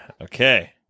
okay